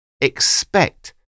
expect